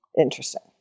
Interesting